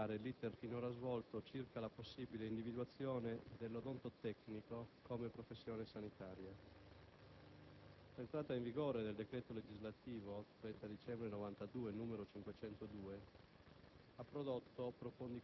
ricordare l*'iter* finora svolto circa la possibile individuazione dell'odontotecnico come professione sanitaria. L'entrata in vigore del decreto legislativo 30 dicembre 1992, n. 502,